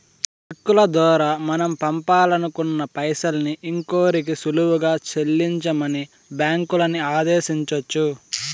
చెక్కుల దోరా మనం పంపాలనుకున్న పైసల్ని ఇంకోరికి సులువుగా సెల్లించమని బ్యాంకులని ఆదేశించొచ్చు